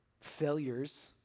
failures